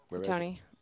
Tony